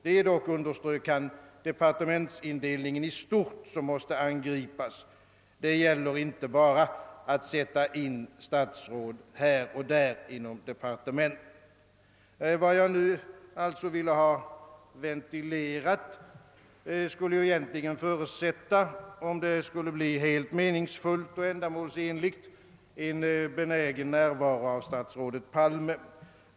Det är dock, underströk han, departementsindelningen i stort som måste angripas. Det gäller inte bara att sätta in statsråd här och där inom departementet. Vad jag nu ville ha ventilerat skulle egentligen förutsätta — för att diskussionen skulle bli helt meningsfull och ändamålsenlig — en benägen närvaro av statsrådet Palme.